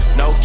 no